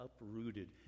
uprooted